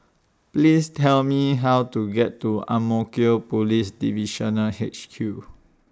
Please Tell Me How to get to Ang Mo Kio Police Divisional H Q